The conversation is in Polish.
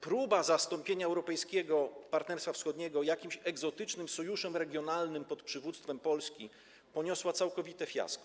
Próba zastąpienia europejskiego Partnerstwa Wschodniego jakimś egzotycznym sojuszem regionalnym pod przywództwem Polski poniosła całkowite fiasko.